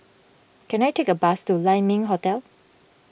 can I take a bus to Lai Ming Hotel